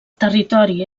territori